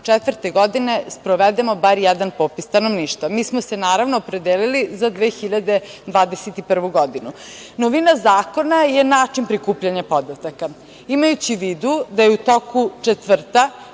2024. godine sprovedemo bar jedan popis stanovništva. Mi smo se, naravno, opredelili za 2021. godinu. Novina zakona je način prikupljanja podataka. Imajući u vidu da je u toku četvrta